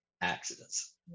accidents